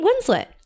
Winslet